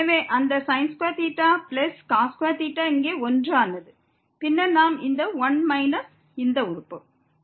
எனவே அந்த பிளஸ் இங்கே 1 ஆனது பின்னர் நாம் இந்த 1 மைனஸ் இந்த உறுப்பை கொண்டுள்ளோம்